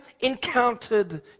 encountered